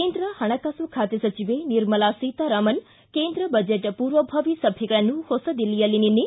ಕೇಂದ್ರ ಹಣಕಾಸು ಖಾತೆ ಸಚಿವೆ ನಿರ್ಮಲಾ ಸೀತಾರಾಮನ್ ಕೇಂದ್ರ ಬಜೆಟ್ ಪೂರ್ವಭಾವಿ ಸಭೆಗಳನ್ನು ಹೊಸದಿಲ್ಲಿಯಲ್ಲಿ ನಿನ್ನೆ